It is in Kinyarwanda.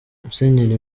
musenyeri